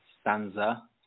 stanza